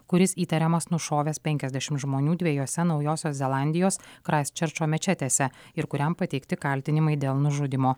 kuris įtariamas nušovęs penkiasdešim žmonių dviejose naujosios zelandijos kraisčerčo mečetėse ir kuriam pateikti kaltinimai dėl nužudymo